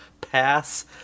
pass